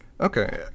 Okay